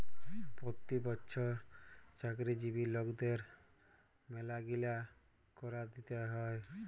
পতি বচ্ছর চাকরিজীবি লকদের ম্যালাগিলা কর দিতে হ্যয়